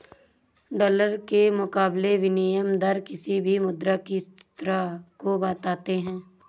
dollar के मुकाबले विनियम दर किसी भी मुद्रा की स्थिरता को बताते हैं